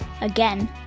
Again